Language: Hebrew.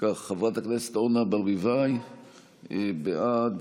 חברת הכנסת אורנה ברביבאי, בעד,